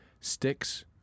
Sticks